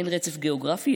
אין רצף גיאוגרפי.